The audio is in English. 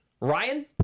Ryan